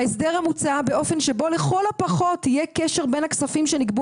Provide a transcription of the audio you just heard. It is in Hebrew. "ההסדר המוצע באופן שבו לכל הפחות יהיה קשר בין הכספים שנגבו